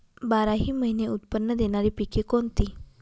बाराही महिने उत्त्पन्न देणारी पिके कोणती?